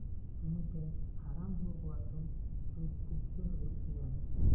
ᱚᱱᱟᱛᱮ ᱦᱟᱲᱟᱢ ᱦᱚᱲ ᱠᱚᱣᱟᱜ ᱫᱚ ᱨᱩᱣᱟᱹ ᱠᱷᱩᱵᱜᱮ ᱦᱩᱭᱩᱜ ᱜᱮᱭᱟ